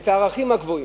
את הערכים הגבוהים,